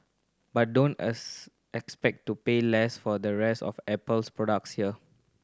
but don't expect to pay less for the rest of Apple's products here